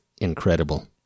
incredible